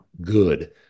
good